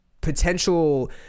potential